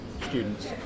students